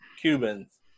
cubans